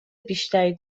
بیشتری